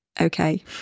Okay